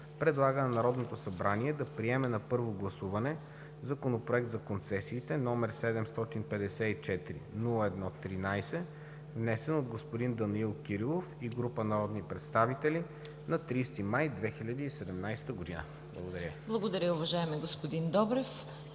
предлага на Народното събрание да приеме на първо гласуване Законопроект за концесиите, № 754-01-13, внесен от господин Данаил Кирилов и група народни представители на 30 май 2017 г.“ Благодаря. ПРЕДСЕДАТЕЛ ЦВЕТА КАРАЯНЧЕВА: Благодаря, уважаеми господин Добрев.